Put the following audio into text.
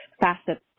facets